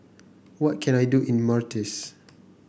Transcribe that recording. what can I do in Mauritius